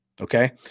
Okay